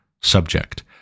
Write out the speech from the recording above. subject